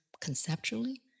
conceptually